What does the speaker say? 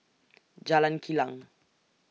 Jalan Kilang